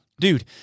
dude